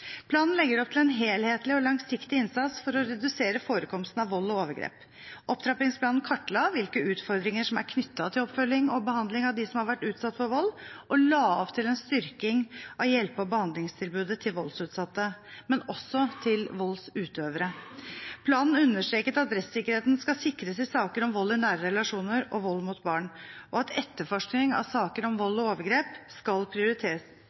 Planen legger opp til en helhetlig og langsiktig innsats for å redusere forekomsten av vold og overgrep. Opptrappingsplanen kartla hvilke utfordringer som er knyttet til oppfølging og behandling av dem som har vært utsatt for vold, og la opp til en styrking av hjelpe- og behandlingstilbudet til voldsutsatte, men også til voldsutøvere. Planen understreket at rettssikkerheten skal sikres i saker om vold i nære relasjoner og vold mot barn, at etterforskning av saker om vold og overgrep skal prioriteres,